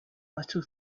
little